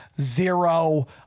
Zero